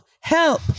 help